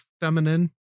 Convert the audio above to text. feminine